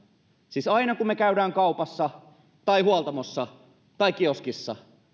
siis aina kun me käymme kaupassa tai huoltamolla tai kioskilla